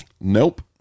nope